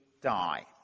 die